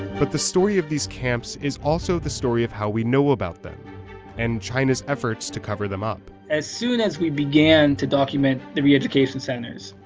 but the story of these camps is also the story of how we know about them and china's efforts to cover them up. as soon as we began to document the re-education centers,